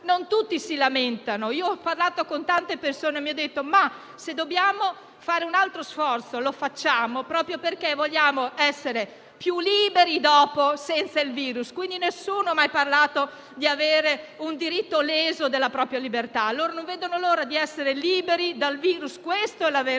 cittadini si lamentano. Ho parlato con tante persone che mi hanno detto che se dobbiamo fare un altro sforzo, lo facciamo proprio perché vogliamo essere più liberi dopo, senza il virus. Nessuno ha mai parlato di lesione del diritto alla propria libertà; i cittadini non vedono l'ora di essere liberi dal virus: questa è la vera